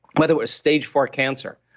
whether it was stage four cancer,